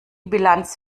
bilanz